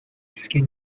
skin